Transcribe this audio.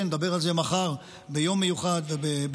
בשורה לזקנים, נדבר על זה מחר ביום מיוחד בכינוס.